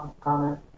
comment